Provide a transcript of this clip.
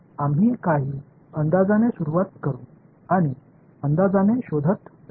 आम्ही काही अंदाजाने सुरुवात करू आणि अंदाजाने शोधत राहू